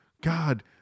God